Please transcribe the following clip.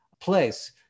place